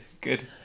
Good